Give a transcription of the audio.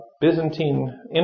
Byzantine